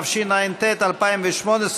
התשע"ט 2018,